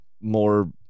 more